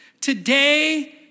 Today